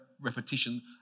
repetition